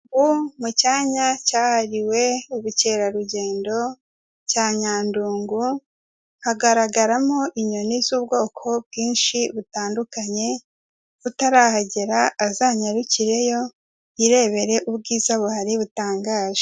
Ubu mu cyanya cyahariwe ubukerarugendo cya Nyandongo, hagaragaramo inyoni z'ubwoko bwinshi butandukanye, utarahagera azanyarukireyo yirebere ubwiza buhari butangaje.